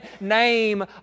name